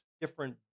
different